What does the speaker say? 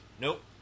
nope